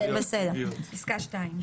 פסקה (2).